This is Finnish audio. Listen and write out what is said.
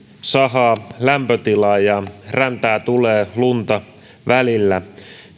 sahaa lämpötila ja räntää tulee lunta välillä